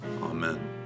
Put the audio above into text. Amen